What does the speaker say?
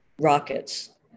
rockets